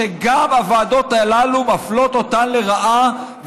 שגם הוועדות הללו מפלות אותם לרעה,